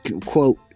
quote